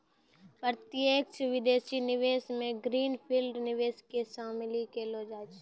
प्रत्यक्ष विदेशी निवेश मे ग्रीन फील्ड निवेश के शामिल केलौ जाय छै